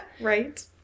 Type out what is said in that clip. Right